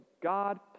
God